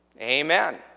Amen